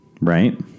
Right